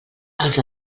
els